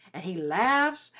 and he laughs,